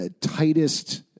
tightest